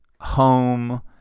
home